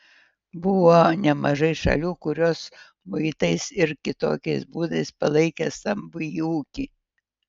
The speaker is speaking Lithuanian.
buvo nemažai šalių kurios muitais ir kitokiais būdais palaikė stambųjį ūkį